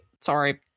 sorry